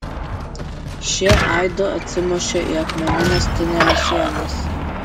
šie aidu atsimušė į akmenines tunelio sienas